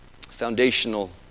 Foundational